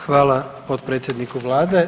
Hvala potpredsjedniku Vlade.